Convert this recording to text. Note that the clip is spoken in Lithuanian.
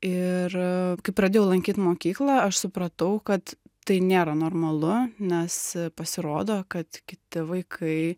ir kai pradėjau lankyt mokyklą aš supratau kad tai nėra normalu nes pasirodo kad kiti vaikai